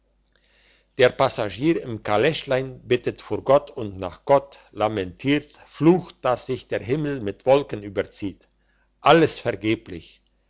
der passagier im kaleschlein bittet vor gott und nach gott lamentiert flucht dass sich der himmel mit wolken überzieht alles vergeblich